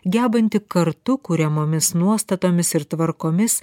gebanti kartu kuriamomis nuostatomis ir tvarkomis